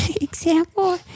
example